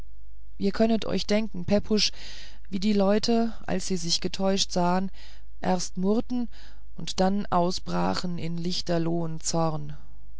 ihr könnet denken pepusch wie die leute als sie sich getäuscht sahen erst murrten und dann ausbrachen in lichterlohen zorn